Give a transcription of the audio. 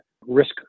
risk